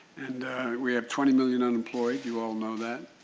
and we have twenty million unemployed, you all know that.